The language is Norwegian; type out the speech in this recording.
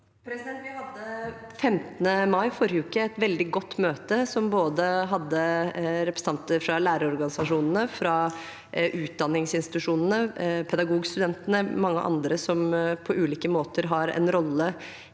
Vi hadde 15. mai – forrige uke – et veldig godt møte med både representanter fra lærerorganisasjonene, utdanningsinstitusjonene, pedagogstudentene og mange andre som på ulike måter har en rolle